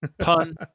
Pun